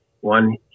one